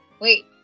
Wait